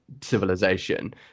civilization